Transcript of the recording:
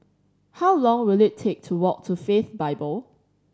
how long will it take to walk to Faith Bible